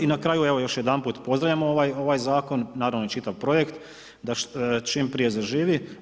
I na kraju, još jedanput pozdravljam ovaj zakon, naravno i čitav projekt, da čim prije zaživi.